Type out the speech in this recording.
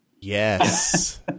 Yes